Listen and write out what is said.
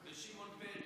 " ושמעון פרס.